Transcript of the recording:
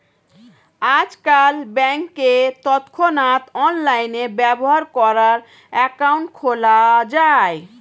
আজকাল ব্যাংকে তৎক্ষণাৎ অনলাইনে ব্যবহার করার অ্যাকাউন্ট খোলা যায়